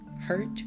hurt